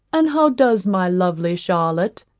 and how does my lovely charlotte?